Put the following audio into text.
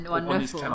Wonderful